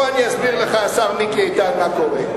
בוא אני אסביר לך, השר מיקי איתן, מה קורה.